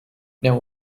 now